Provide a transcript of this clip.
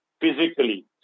physically